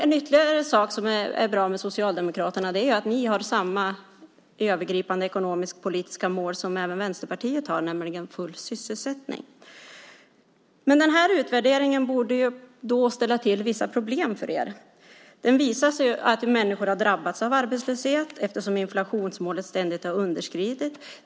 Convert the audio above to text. En ytterligare sak som är bra med Socialdemokraterna är att ni har samma övergripande ekonomisk-politiska mål som Vänsterpartiet, nämligen full sysselsättning. Men den här utvärderingen borde ställa till vissa problem för er. Den visar att människor har drabbats av arbetslöshet, eftersom inflationsmålet ständigt har underskridits.